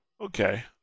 Okay